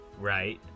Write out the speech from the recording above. Right